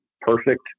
perfect